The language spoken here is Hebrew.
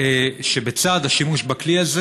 שבצד השימוש בכלי הזה,